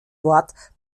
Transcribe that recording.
wort